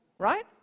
Right